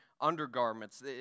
undergarments